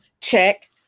Check